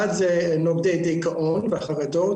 אחד זה נוגדי דכאון וחרדות,